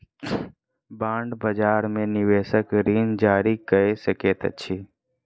bond बजार में निवेशक ऋण जारी कअ सकैत अछि